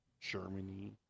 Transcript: Germany